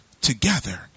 together